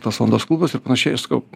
tos valandos klubus ir panašiai aš sakau